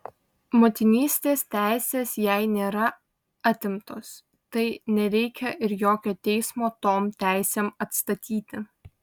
motinystės teisės jai nėra atimtos tai nereikia ir jokio teismo tom teisėm atstatyti